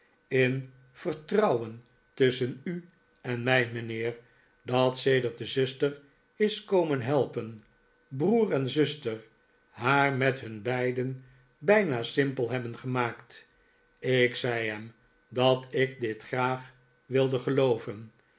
in vertrouwen tusschen u en mij mijnheer dat sedert de zuster is komen helpen broer en zuster haar met hun beiden bijna simpel hebben gemaakt ik zei hem dat ik dit graag wilde gelooven